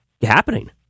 happening